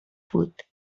بود